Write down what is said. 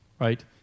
right